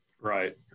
Right